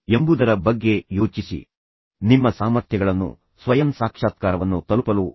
ಅದರ ಕೊನೆಯಲ್ಲಿ ಸಂಬಂಧದ ತೀವ್ರತೆ ಬೆಳೆಯಬೇಕು ಆದರೆ ಅದು ಕಡಿಮೆಯಾಗಬಾರದು